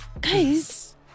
guys